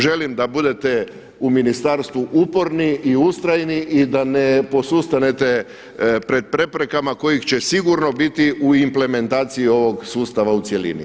Želim da budete u ministarstvu uporni i ustrajni i da ne posustanete pred preprekama kojih će sigurno biti u implementaciji ovog sustava u cjelini.